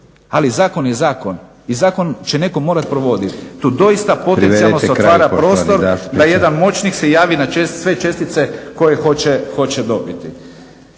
ali zakon je zakon i zakon će netko morati provoditi. Tu doista potencijalno se otvara prostor da jedan moćnik se javi na sve čestice koje hoće dobiti.